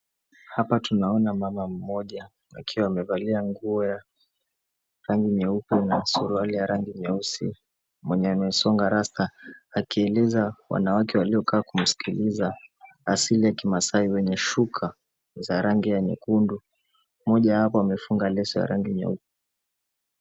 Hapa tunaona mama mmoja akiwa amevalia nguo ya rangi nyeupe na suruali ya rangi nyeusi mwenye amesonga rasta akieleza wanawake waliokaa kumsikiliza asili ya Kimasai wenye shuka za rangi ya nyekundu. Moja hapo amefunga leso ya rangi nyeupe.